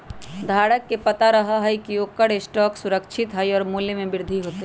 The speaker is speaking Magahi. धारक के पता रहा हई की ओकर स्टॉक सुरक्षित हई और मूल्य में वृद्धि होतय